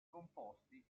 composti